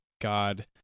God